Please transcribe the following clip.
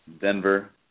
Denver